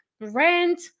rent